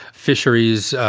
fisheries,